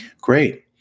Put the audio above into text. Great